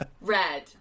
red